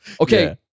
Okay